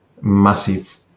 massive